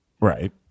Right